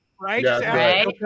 Right